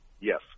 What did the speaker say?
Yes